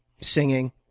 singing